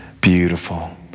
Beautiful